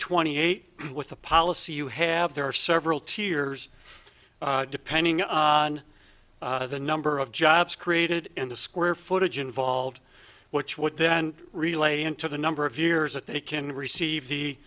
twenty eight with the policy you have there are several tiers depending on the number of jobs created in the square footage involved with what then relay into the number of years that they can receive the